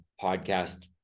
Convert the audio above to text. podcast